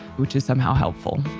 which is somehow helpful